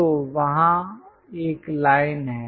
तो वहां एक लाइन है